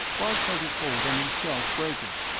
bart felt his hold on himself breaking.